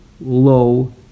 low